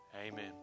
Amen